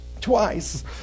Twice